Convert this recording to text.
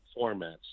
formats